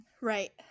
Right